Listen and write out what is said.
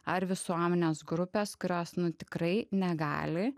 ar visuomenės grupės kurios nu tikrai negali